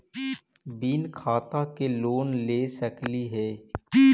बिना खाता के लोन ले सकली हे?